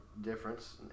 difference